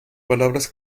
palabras